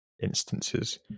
instances